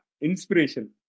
inspiration